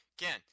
Again